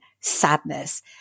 sadness